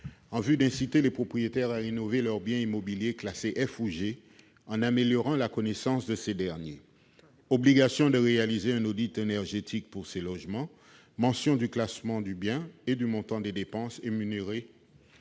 en vue d'inciter les propriétaires à rénover leurs biens immobiliers classés F ou G en améliorant la connaissance de ces derniers : obligation de réaliser un audit énergétique pour ces logements ; mention du classement du bien et du montant des dépenses énumérées